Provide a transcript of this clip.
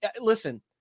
listen